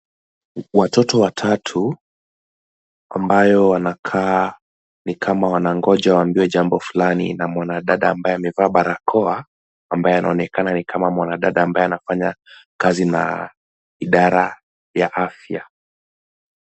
Watoto watatu ambayo wanakaa nikama wanangoja waambiwe jambo fulani na mwanadada ambaye amevaa barakoa ambaye anaonekana nikama mwanadada ambaye anafanya kazi na idara ya afya.